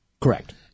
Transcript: Correct